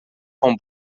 com